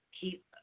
keep